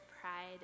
pride